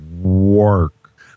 work